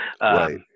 Right